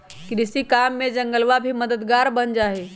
कृषि काम में जंगलवा भी मददगार बन जाहई